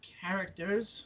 characters